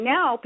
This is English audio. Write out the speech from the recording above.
Now